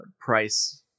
Price